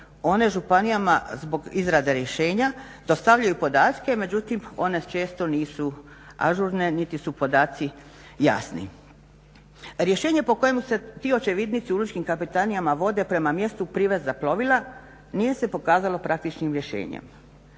One županijama zbog izrade rješenja dostavljaju podatke međutim one često nisu ažurne niti su podaci jasni. Rješenje po kojem se ti očevidnici u lučkim kapetanijama vode prema mjestu priveza plovila nije se pokazalo praktičnim rješenjem.